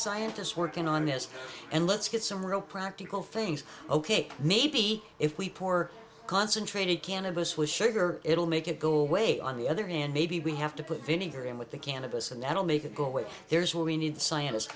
scientists working on this and let's get some real practical things ok maybe if we pour concentrated cannabis was sugar it'll make it go away on the other hand maybe we have to put vinegar in with the cannabis and that'll make it go away there's what we need scientist